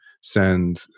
send